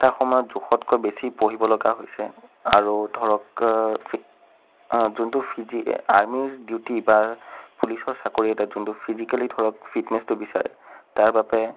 এটা সময়ত জোখতকৈ বেছি পঢ়িব লগা হৈছে আৰু ধৰক ফিট্ যোনটো ফিজিক আৰ্মীৰ ডিউটি বা পুলিচৰ চাকৰি এটাত যোনটো ফিজিকেলি ধৰক ফিট্নেছটো বিচাৰে তাৰ বাবে